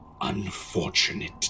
unfortunate